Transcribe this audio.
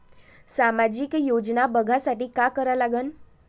सामाजिक योजना बघासाठी का करा लागन?